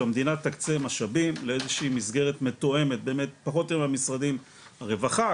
שהמדינה תקצה משאבים לאיזשהו מסגרת מתואמת באמת עם משרדי הרווחה,